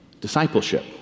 Discipleship